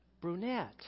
brunette